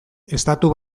estatu